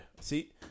see